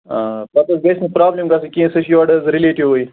آ پَتہٕ حظ گٔیَس نہٕ پرٛابلِم گٔژھِنۍ کیٚنٛہہ سُہ چھُ یوٗر حظ رِلیٚٹوٗ